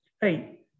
Hey